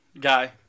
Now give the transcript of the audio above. guy